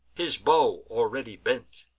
his bow already bent,